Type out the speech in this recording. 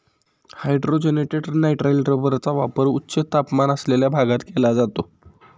hydrogenated nitrile रबरचा वापर उच्च तापमान असलेल्या भागात केला जातो